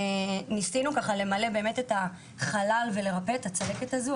ניסינו למלא את החלל ולרפא את הצלקת הזו,